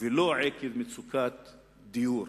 ולא עקב מצוקת דיור.